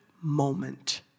moment